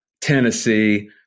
Tennessee